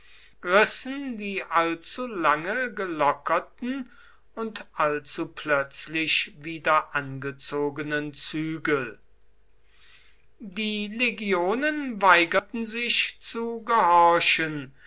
rissen die allzulange gelockerten und allzuplötzlich wiederangezogenen zügel die legionen weigerten sich zu gehorchen